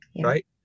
right